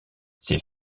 ses